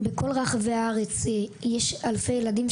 בכל רחבי הארץ יש אלפי ילדים,